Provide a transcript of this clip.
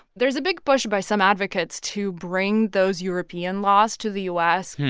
there's a big push by some advocates to bring those european laws to the u s.